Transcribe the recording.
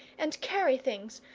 and carry things.